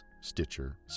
Stitcher